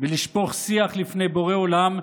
ולשפוך שיח לפני בורא עולם,